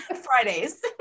fridays